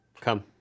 Come